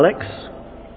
Alex